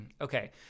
okay